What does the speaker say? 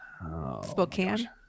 Spokane